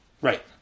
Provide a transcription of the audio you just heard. Right